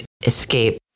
escape